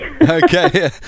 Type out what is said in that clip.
okay